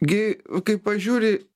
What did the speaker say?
gi kai pažiūri